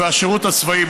והשירות הצבאי,